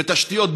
בתשתיות,